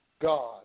God